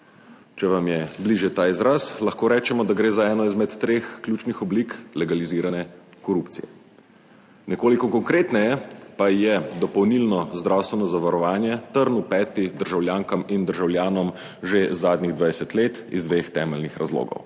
Če vam je bližje ta izraz, lahko rečemo, da gre za eno izmed treh ključnih oblik legalizirane korupcije. Nekoliko konkretneje pa je dopolnilno zdravstveno zavarovanje trn v peti državljankam in državljanom že zadnjih 20 let iz dveh temeljnih razlogov.